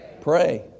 Pray